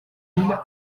mille